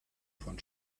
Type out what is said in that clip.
von